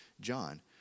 John